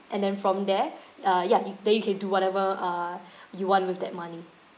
and then from there uh ya y~ you can do whatever uh you want with that money